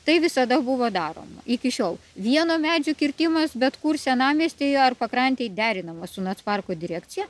tai visada buvo daroma iki šiol vieno medžių kirtimas bet kur senamiestyje ar pakrantėj derinama su nac parko direkcija